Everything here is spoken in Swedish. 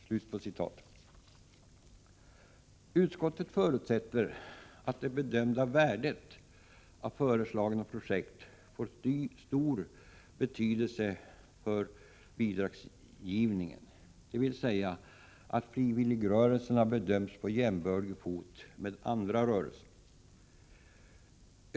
Försvarsutskottet förutsätter att det bedömda värdet av föreslagna projekt får stor betydelse vid bidragsgivningen, dvs. att frivilligrörelserna bedöms på jämbördig fot med andra rörelser.